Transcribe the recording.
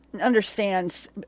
understands